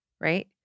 right